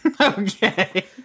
okay